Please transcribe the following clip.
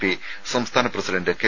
P സംസ്ഥാന president K